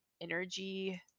energy